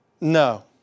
no